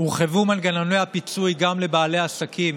הורחבו מנגנוני הפיצוי גם לבעלי עסקים